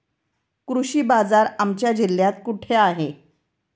कृषी बाजार आमच्या जिल्ह्यात कुठे आहे?